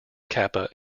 kappa